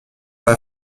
l’a